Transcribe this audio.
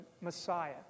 Messiah